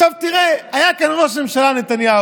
עכשיו, תראה, היה כאן ראש הממשלה נתניהו,